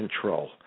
control